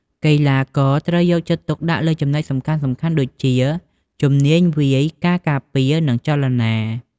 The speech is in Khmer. កីឡាករត្រូវយកចិត្តទុកដាក់លើចំណុចសំខាន់ៗដូចជា ជំនាញវាយ ការការពារ និងចលនា។